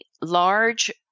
large